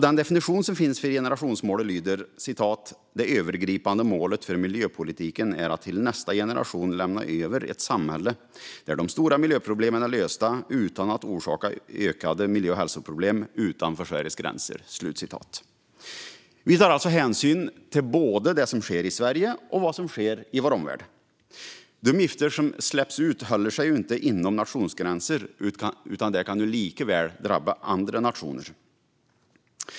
Den definition som finns för generationsmålet lyder: "Det övergripande målet för miljöpolitiken är att till nästa generation lämna över ett samhälle där de stora miljöproblemen är lösta, utan att orsaka ökade miljö och hälsoproblem utanför Sveriges gränser." Vi tar alltså hänsyn till både vad som sker i Sverige och vad som sker i vår omvärld. De gifter som släpps ut håller sig inte inom nationsgränser, utan det kan likaväl drabba andra nationer.